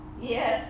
Yes